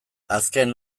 azken